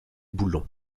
boulons